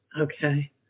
Okay